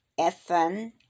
Ethan